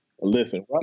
Listen